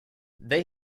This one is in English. they